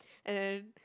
and and